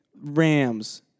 Rams